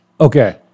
Okay